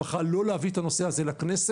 בחרה לא להביא את הנושא הזה לכנסת.